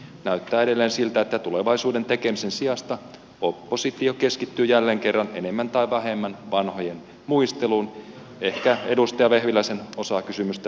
näyttää edelleen siltä että tulevaisuuden tekemisen sijasta oppositio keskittyy jälleen kerran enemmän tai vähemmän vanhojen muisteluun ehkä edustaja vehviläisen kysymyksen osaa lukuun ottamatta